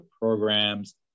programs